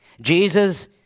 Jesus